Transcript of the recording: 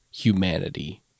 humanity